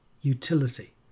utility